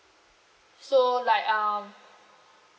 so like um